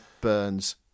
Burns